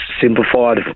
simplified